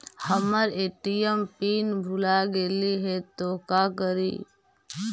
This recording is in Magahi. हमर ए.टी.एम पिन भूला गेली हे, तो का करि?